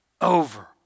over